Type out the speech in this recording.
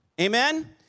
Amen